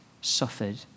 suffered